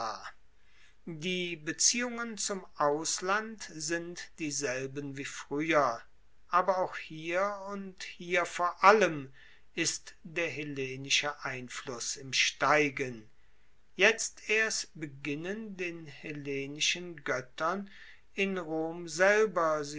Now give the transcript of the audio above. die beziehungen zum ausland sind dieselben wie frueher aber auch hier und hier vor allem ist der hellenische einfluss im steigen erst jetzt beginnen den hellenischen goettern in rom selber